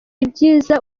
ibyiza